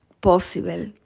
possible